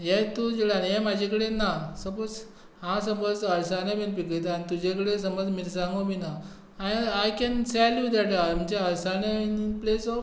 हें म्हजे कडेन ना हांव सपोझ अळसाणे बी पिकयता आनी तुजे कडेन सपोझ मिरसांगो बी ना I can sell you that अळसाणे इन प्लेस ऑफ